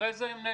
אבל קודם כל,